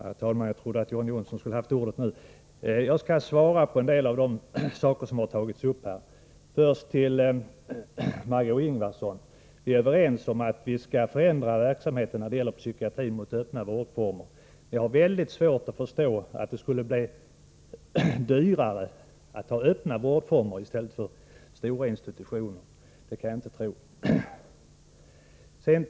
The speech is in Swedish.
Herr talman! Jag trodde att John Johnsson skulle ha ordet nu. Jag skall ta upp en del av de saker som har diskuterats här. Först till Margé Ingvardsson. Vi är överens om att vi skall förändra verksamheten när det gäller psykiatrin mot öppna vårdformer. Men jag har mycket svårt att förstå att det skulle bli dyrare att ha öppna vårdformer i stället för stora institutioner — det kan jag inte tro.